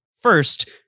first